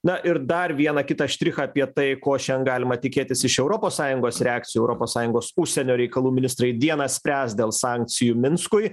na ir dar vieną kitą štrichą apie tai ko šian galima tikėtis iš europos sąjungos reakcijų europos sąjungos užsienio reikalų ministrai dieną spręs dėl sankcijų minskui